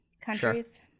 countries